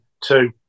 Two